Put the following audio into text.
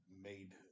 made